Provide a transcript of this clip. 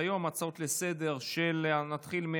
בעד 19, אפס מתנגדים.